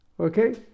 Okay